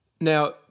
Now